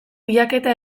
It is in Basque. bilaketa